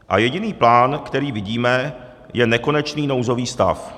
A jediný plán, který vidíme, je nekonečný nouzový stav.